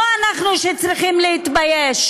לא אנחנו אלה שצריכים להתבייש.